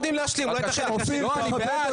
רגע,